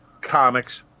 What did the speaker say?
comics